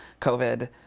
COVID